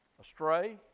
astray